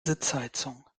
sitzheizung